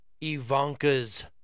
Ivanka's